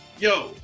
Yo